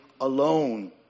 alone